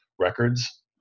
records